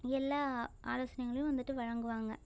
எல்லா ஆலோசனைகளையும் வந்துட்டு வழங்குவாங்கள்